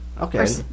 Okay